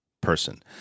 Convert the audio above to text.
person